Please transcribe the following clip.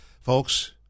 folks